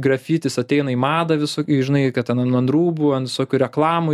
grafitis ateina į madą viso žinai kad ana ant rūbų ant visokių reklamų